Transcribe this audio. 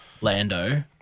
Lando